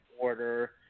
order